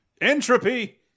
entropy